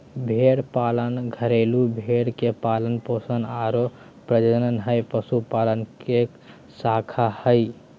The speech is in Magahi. भेड़ पालन घरेलू भेड़ के पालन पोषण आरो प्रजनन हई, पशुपालन के एक शाखा हई